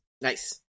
Nice